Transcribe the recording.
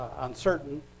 uncertain